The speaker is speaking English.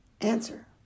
Answer